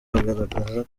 bagaragaza